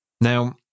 Now